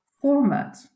format